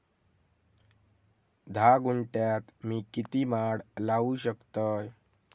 धा गुंठयात मी किती माड लावू शकतय?